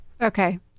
Okay